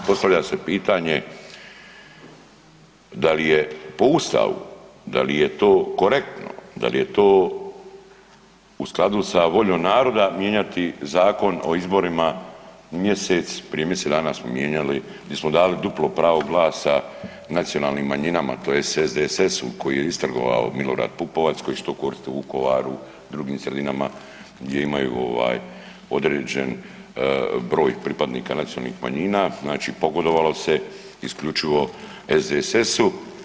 Postavlja se pitanje da li je po Ustavu, da li je to korektno, da li je to u skladu sa voljom naroda mijenjati Zakon o izborima mjesec, prije mjesec dana smo mijenjali gdje smo dali duplo pravo glasa nacionalnim manjinama tj. SDSS-u koji je istrgovao Milorad Pupovac koji će to koristi u Vukovaru, drugim sredinama gdje imaju ovaj određeni broj pripadnika nacionalnih manjina, znači pogodovalo se isključivo SDSS-u.